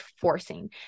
forcing